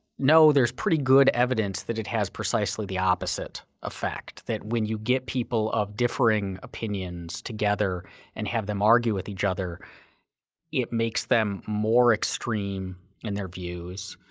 no, there's pretty good evidence that it has precisely the opposite effect, that when you get people of differing opinions together and have them argue with each other it makes them more extreme in their views,